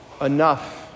enough